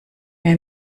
mehr